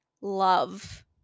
love